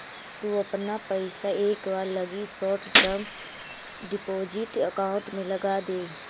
तु अपना पइसा एक बार लगी शॉर्ट टर्म डिपॉजिट अकाउंट में लगाऽ दे